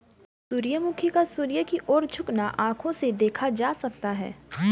सूर्यमुखी का सूर्य की ओर झुकना आंखों से देखा जा सकता है